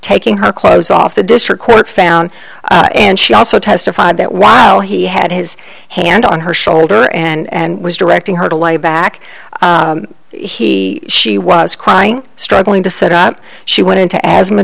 taking her clothes off the district court found and she also testified that while he had his hand on her shoulder and was directing her to lie back he she was crying struggling to set out she wanted to asthma